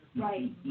Right